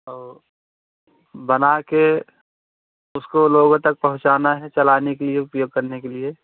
और बना कर उसको लोगों तक पहुँचाना है चलाने के लिए उपयोग करने के लिए